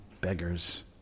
beggars